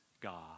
God